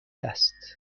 است